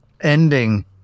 ending